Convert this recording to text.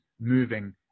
moving